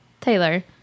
Taylor